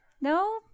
No